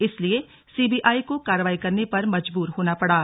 इसलिए सीबीआई को कार्रवाई करने पर मजबूर होना पड़ा